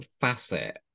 facet